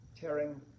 Tearing